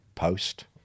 post